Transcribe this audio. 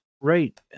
Right